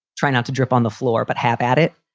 try not to drop on the floor, but have at it,